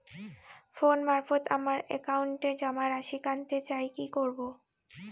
Phone মারফত আমার একাউন্টে জমা রাশি কান্তে চাই কি করবো?